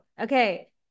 Okay